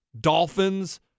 Dolphins